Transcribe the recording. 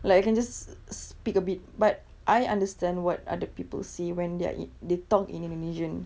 like I can just speak a bit but I understand what other people say when they're in they talk in indonesian